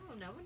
No